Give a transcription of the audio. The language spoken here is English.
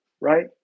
Right